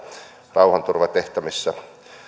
rauhanturvatehtävissä